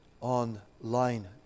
Online